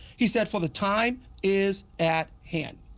he said for the time is at hand.